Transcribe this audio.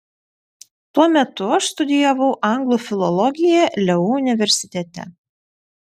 tuo metu aš studijavau anglų filologiją leu universitete